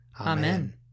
Amen